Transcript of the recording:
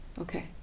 Okay